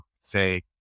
say